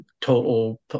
total